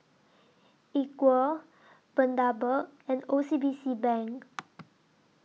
Equal Bundaberg and O C B C Bank